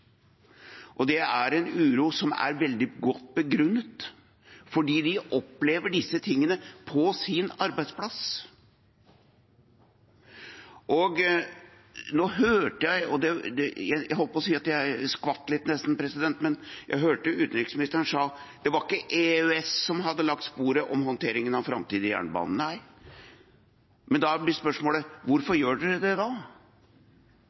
om. Det er en uro som er veldig godt begrunnet, fordi de opplever disse tingene på sin arbeidsplass. Nå hørte jeg – og jeg holdt på å si at jeg nesten skvatt litt – utenriksministeren si at det ikke var EØS som hadde lagt sporet for håndteringen av framtidig jernbane. Nei, men da blir spørsmålet: Hvorfor gjør de det da?